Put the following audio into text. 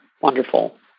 Wonderful